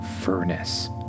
furnace